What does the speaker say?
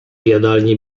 jadalni